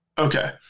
Okay